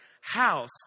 house